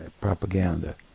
propaganda